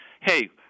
hey